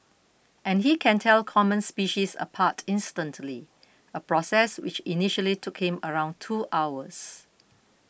and he can tell common species apart instantly a process which initially took him around two hours